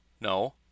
No